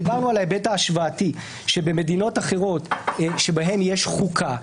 דיברנו על ההיבט ההשוואתי ועל מדינות אחרות בהן יש חוקה.